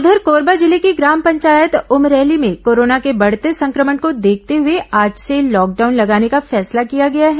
उघर कोरबा जिले की ग्राम पंचायत उमरैली में कोरोना के बढ़ते संक्रमण को देखते हुए आज से लॉकडाउन लगाने का फैसला किया गया है